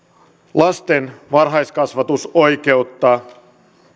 lasten varhaiskasvatusoikeutta